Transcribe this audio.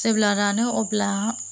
जेब्ला रानो अब्ला